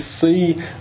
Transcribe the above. see